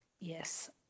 Yes